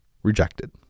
Rejected